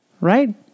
Right